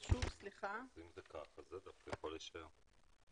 אם זה כך, בטח זה יכול להישאר.